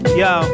yo